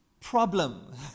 problem